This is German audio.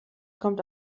kommt